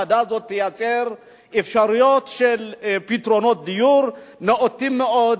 הוועדה הזאת תייצר אפשרויות של פתרונות דיור נאותים מאוד,